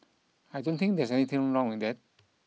I don't think there's anything wrong with that